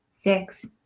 six